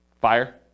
Fire